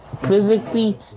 Physically